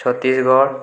Chhattisgarh